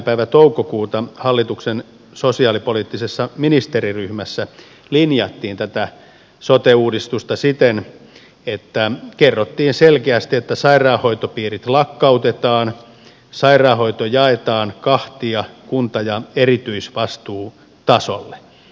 päivä toukokuuta hallituksen sosiaalipoliittisessa ministeriryhmässä linjattiin tätä sote uudistusta siten että kerrottiin selkeästi että sairaanhoitopiirit lakkautetaan ja sairaanhoito jaetaan kahtia kunta ja erityisvastuutasolle